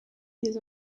des